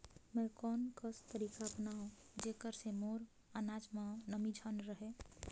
मैं कोन कस तरीका अपनाओं जेकर से मोर अनाज म नमी झन रहे?